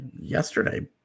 yesterday